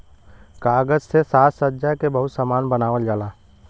कागज से साजसज्जा के बहुते सामान बनावल जाला